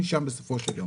בסוף של יום